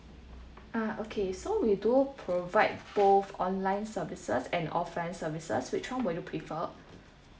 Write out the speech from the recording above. ah okay so we do provide both online services and offline services which one will you prefer